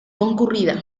concurrida